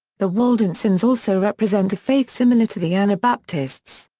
the waldensians also represent a faith similar to the anabaptists.